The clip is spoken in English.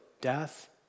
death